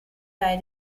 bei